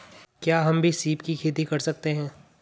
क्या हम भी सीप की खेती कर सकते हैं?